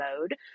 mode